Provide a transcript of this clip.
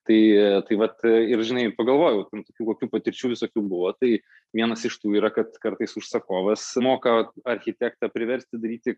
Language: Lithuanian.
tai tai vat ir žinai pagalvojau ten tokių kokių patirčių visokių buvo tai vienas iš tų yra kad kartais užsakovas moka architektą priversti daryti